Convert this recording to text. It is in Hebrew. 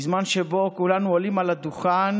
בזמן שבו כולנו עולים על הדוכן,